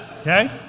Okay